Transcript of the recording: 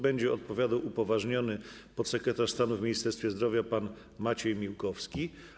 Będzie odpowiadał upoważniony podsekretarz stanu w Ministerstwie Zdrowia pan Maciej Miłkowski.